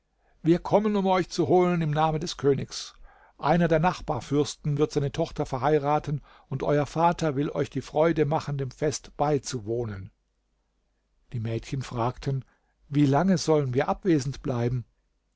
wir kommen um euch zu holen im namen des königs einer der nachbarfürsten wird seine tochter verheiraten und euer vater will euch die freude machen dem fest beizuwohnen die mädchen fragten wie lange sollen wir abwesend bleiben